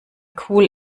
cool